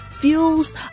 Fuels